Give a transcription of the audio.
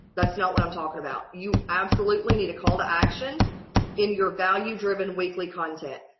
that's not what i'm talking about. you absolutely need a call to action in your value driven weekly content.